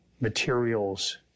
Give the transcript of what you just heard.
materials